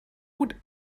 would